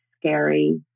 scary